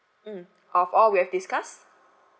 mm of all we have discussed